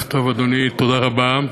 ערב טוב, אדוני, תודה רבה.